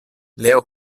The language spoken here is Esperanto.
leo